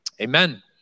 Amen